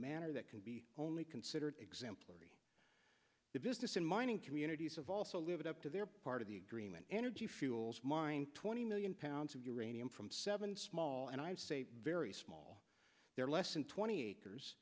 manner that can be only considered exemplary the business in mining communities have also lived up to their part of the agreement energy fuels mine twenty million pounds of uranium from seven small and i'd say very small they're less than twenty acres